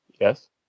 Yes